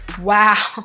wow